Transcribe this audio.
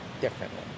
differently